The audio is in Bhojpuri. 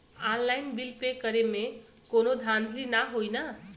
ऑनलाइन बिल पे करे में कौनो धांधली ना होई ना?